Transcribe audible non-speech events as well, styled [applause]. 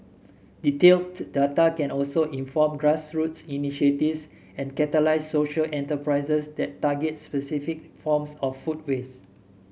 detailed [unintelligible] can also inform grassroots initiatives and catalyse social enterprises that target specific forms of food waste